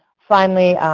finally,